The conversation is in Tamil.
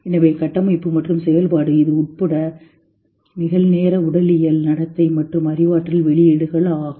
எனவே கட்டமைப்பு மற்றும் செயல்பாடு இது உட்பட நிகழ்நேர உடலியல் நடத்தை மற்றும் அறிவாற்றல் வெளியீடுகள் ஆகும்